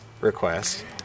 request